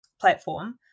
platform